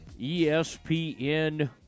ESPN